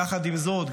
יחד עם זאת,